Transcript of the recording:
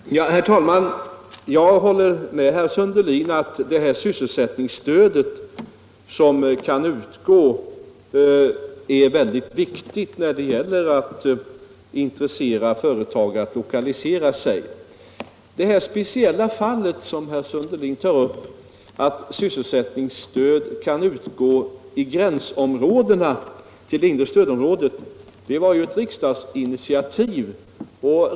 Nr 23 Herr talman! Jag håller med herr Sundelin om att det sysselsättnings Torsdagen den stöd som kan utgå är väldigt viktigt när det gäller att intressera företag 20 februari 1975 att lokalisera sig på en bestämd plats. — Det här speciella fallet, som herr Sundelin tar upp, nämligen att sys Om sysselsättningsselsättningsstöd skulle kunna utgå i gränsområdena till det inre stöd = stöd till företag området, var ett riksdagsinitiativ.